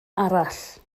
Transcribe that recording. arall